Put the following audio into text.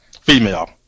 Female